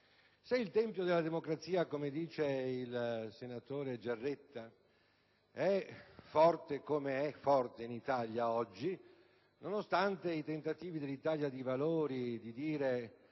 Se il tempio della democrazia, come dice il senatore Giaretta, è forte - come è forte oggi in Italia, nonostante i tentativi dell'Italia dei Valori di dire